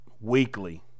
weekly